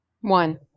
one